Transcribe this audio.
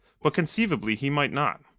but conceivably he might not.